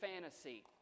fantasy